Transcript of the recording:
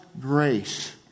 grace